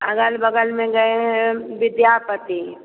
अगल बगल में गए हैं विद्यापति